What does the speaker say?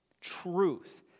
Truth